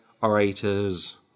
orators